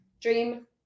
dream